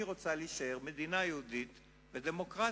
רוצה להישאר מדינה יהודית ודמוקרטית.